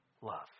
love